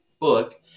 book